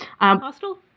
Hostel